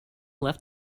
left